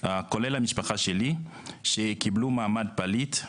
כולל המשפחה שלי, שקיבלו מעמד פליט.